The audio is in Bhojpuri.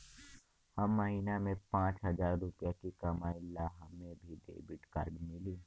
हम महीना में पाँच हजार रुपया ही कमाई ला हमे भी डेबिट कार्ड मिली?